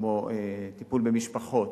כמו טיפול במשפחות,